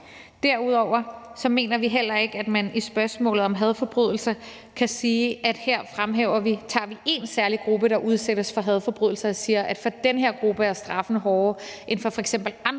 Derudover mener vi heller ikke, at man i spørgsmålet om hadforbrydelser kan sige, at her fremhæver vi én særlig gruppe, der udsættes for hadforbrydelser, og siger, at for den her gruppe er straffen hårdere end for f.eks. andre